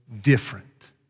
different